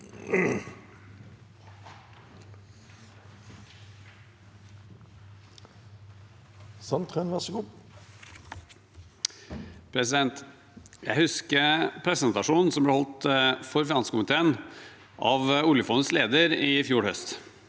Jeg husker presentasjonen som ble holdt for finanskomiteen av oljefondets leder i fjor høst.